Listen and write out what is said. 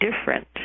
different